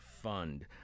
Fund